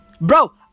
Bro